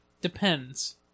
Depends